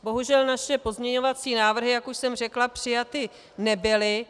Bohužel naše pozměňovací návrhy, jak už jsem řekla, přijaty nebyly.